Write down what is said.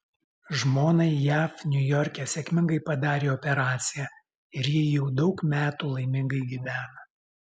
žmonai jav niujorke sėkmingai padarė operaciją ir ji jau daug metų laimingai gyvena